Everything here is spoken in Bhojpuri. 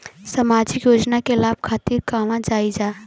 सामाजिक योजना के लाभ खातिर कहवा जाई जा?